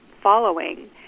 following